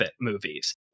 movies